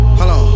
hello